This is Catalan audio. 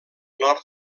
nord